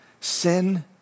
sin